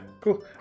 cool